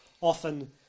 Often